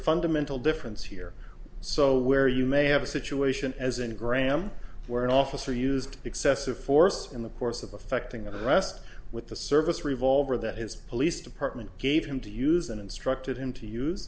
fundamental difference here so where you may have a situation as in graham where an officer used excessive force in the course of affecting the rest with the service revolver that his police department gave him to use and instructed him to use